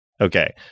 Okay